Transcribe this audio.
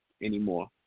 anymore